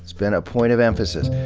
been a point of emphasis.